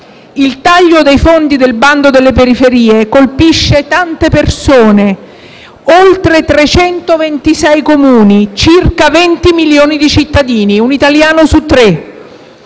Il taglio dei fondi del bando per le periferie colpisce tante persone, oltre 326 Comuni e circa venti milioni di cittadini (un italiano su tre).